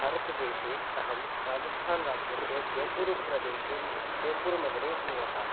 भारतदेशे अहं राजस्थान् राज्यस्य जयपुरुप्रदेशे जयपुर् नगरे निवसामि